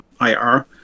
IR